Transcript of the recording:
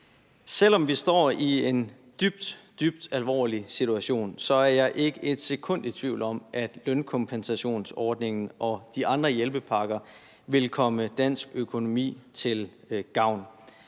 Selv om vi står i en dybt, dybt alvorlig situation, er jeg ikke et sekund i tvivl om, at lønkompensationsordningen og de andre hjælpepakker vil komme dansk økonomi til gavn.